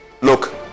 Look